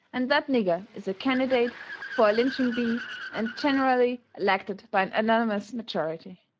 and that nigger is a candidate fur a lynching bee and ginerally elected by an anonymous majority.